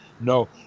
no